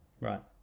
Right